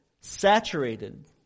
saturated